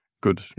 good